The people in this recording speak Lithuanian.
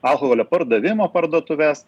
alkoholio pardavimo parduotuves